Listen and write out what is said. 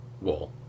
wall